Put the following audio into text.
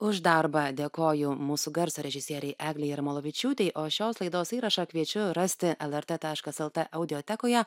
už darbą dėkoju mūsų garso režisierei eglei jarmalavičiūtei o šios laidos įrašą kviečiu rasti lrt taškias el t audiotekoje